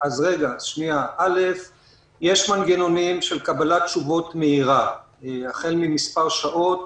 יש מנגנונים של קבלת תשובה מהירה החל ממספר שעות,